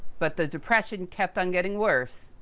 but, the depression kept on getting worse.